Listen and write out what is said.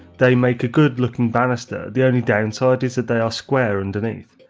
they made good looking bannister, the only downside is that they are square underneath,